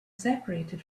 separated